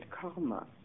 karma